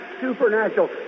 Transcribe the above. supernatural